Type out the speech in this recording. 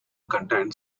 contained